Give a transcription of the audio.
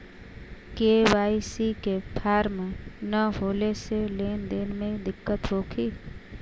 KYC के form न होले से लेन देन में दिक्कत होखी?